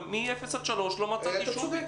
אבל מאפס עד שלוש לא מצאתי שום פתרון.